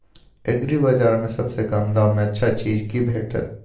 एग्रीबाजार में सबसे कम दाम में अच्छा चीज की भेटत?